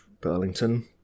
burlington